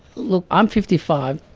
look, i'm fifty five,